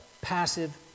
passive